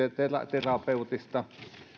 terapeutista